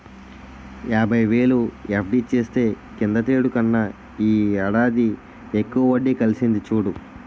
యాబైవేలు ఎఫ్.డి చేస్తే కిందటేడు కన్నా ఈ ఏడాది ఎక్కువ వడ్డి కలిసింది చూడు